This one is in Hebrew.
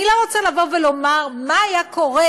אני לא רוצה לומר מה היה קורה,